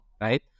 right